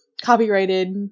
copyrighted